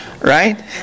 Right